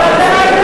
נכון.